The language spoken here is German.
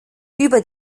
über